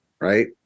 right